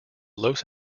los